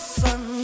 sun